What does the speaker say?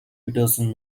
petersen